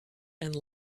and